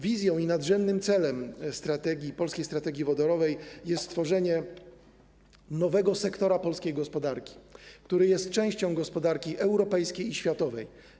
Wizją i nadrzędnym celem polskiej strategii wodorowej jest stworzenie nowego sektora polskiej gospodarki, który będzie częścią gospodarki europejskiej i światowej.